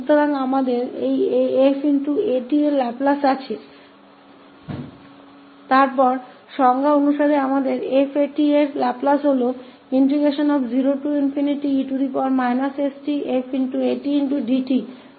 तो हमारे पास है 𝑓𝑎𝑡 की लाप्लास तो परिभाषा से हम 𝑓𝑎𝑡 की लाप्लास 0e stfdt है